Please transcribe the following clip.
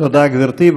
תודה, גברתי.